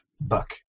Buck